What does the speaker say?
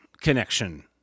connection